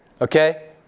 Okay